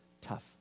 tough